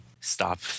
stop